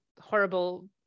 horrible